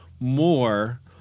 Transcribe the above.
more